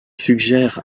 suggère